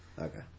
Okay